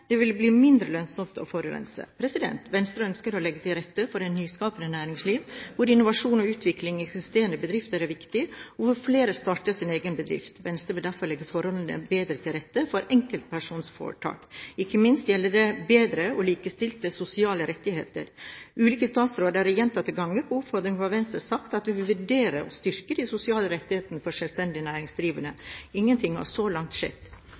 det vil bli mindre lønnsomt å forurense. Venstre ønsker å legge til rette for et nyskapende næringsliv, hvor innovasjon og utvikling i eksisterende bedrifter er viktig, og hvor flere starter sin egen bedrift. Venstre vil derfor legge forholdene bedre til rette for enkeltpersonforetak, ikke minst gjelder det bedre og likestilte sosiale rettigheter. Ulike statsråder har gjentatte ganger på oppfordring fra Venstre sagt at de vil vurdere å styrke de sosiale rettighetene for selvstendig næringsdrivende. Ingenting har skjedd så langt.